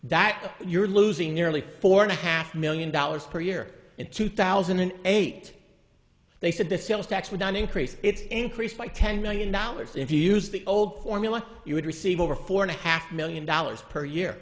that you're losing nearly four and a half million dollars per year in two thousand and eight they said the sales tax would not increase it's increased by ten million dollars if you use the old formula you would receive over four and a half million dollars per year